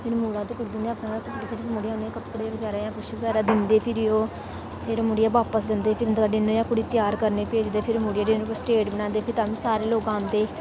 फिर मुड़ा ते कुड़ी अपने घर कपडे़ बगैरा किश दिंदे उनेंगी फिर ओह् मुड़ियै बापस जंदे डिनर आहले दिन कुड़ी गी त्यार होने लेई भेजदे फिर मुडे़ जेहडे़ न स्टेज बनांदे तां बी सारे लोग आंदे